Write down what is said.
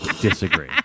Disagree